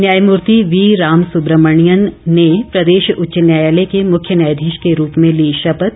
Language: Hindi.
न्यायमूर्ति वी रामसुब्रमणियन ने प्रदेश उच्च न्यायालय के मुख्य न्यायधीश के रूप में ली शपथ